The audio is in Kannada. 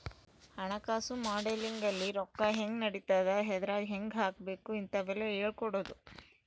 ಹಣಕಾಸು ಮಾಡೆಲಿಂಗ್ ಅಲ್ಲಿ ರೊಕ್ಕ ಹೆಂಗ್ ನಡಿತದ ಎದ್ರಾಗ್ ಹೆಂಗ ಹಾಕಬೇಕ ಇಂತವೆಲ್ಲ ಹೇಳ್ಕೊಡೋದು